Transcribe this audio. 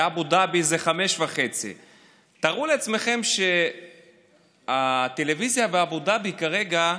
באבו דאבי זה 17:30. תארו לעצמכם שהטלוויזיה באבו דאבי כרגע,